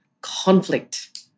Conflict